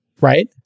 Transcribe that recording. Right